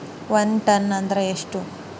ಒಂದ್ ಟನ್ ಅಂದ್ರ ಎಷ್ಟ?